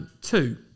Two